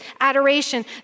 adoration